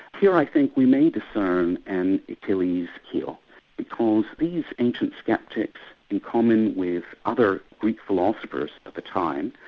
here i think we may discern an achilles' heel because these ancient sceptics in common with other greek philosophers of the time,